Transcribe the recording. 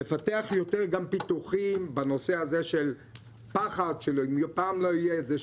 לפתח יותר גם פיתוחים בנושא הזה של פחד שאם פעם לא יהיה את זה,